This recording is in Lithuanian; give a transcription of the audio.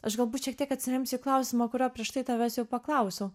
aš galbūt šiek tiek atsiremsiu į klausimą kurio prieš tai tavęs jau paklausiau